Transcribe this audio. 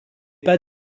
pas